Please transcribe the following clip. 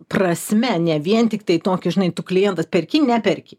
prasme ne vien tiktai tokį žinai tu klientas perki neperki